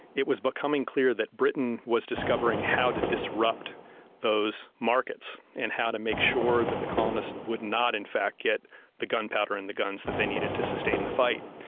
it was becoming clear that britain was discovering how to disrupt those markets and how to make sure that the colonists would not in fact get the gunpowder and the guns that they needed to sustain the fight.